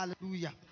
Hallelujah